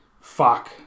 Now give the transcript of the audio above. Fuck